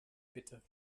bitte